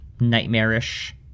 nightmarish